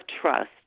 trust